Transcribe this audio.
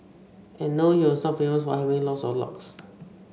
and no he was not famous for having lots of locks